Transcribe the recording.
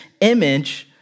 image